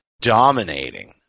dominating